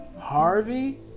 Harvey